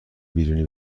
بیرونی